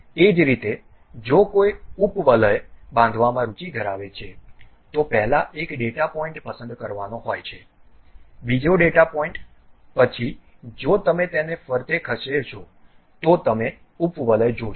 એ જ રીતે જો કોઈ ઉપવલય બાંધવામાં રુચિ ધરાવે છે તો પહેલા એક ડેટા પોઇન્ટ પસંદ કરવાનો હોય છે બીજો ડેટા પોઇન્ટ પછી જો તમે તેને ફરતે ખસેડશો તો તમે ઉપવલય જોશો